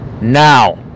Now